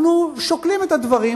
אנחנו שוקלים את הדברים,